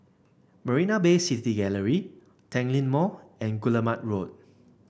Marina Bay City Gallery Tanglin Mall and Guillemard Road